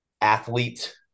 athlete